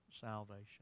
salvation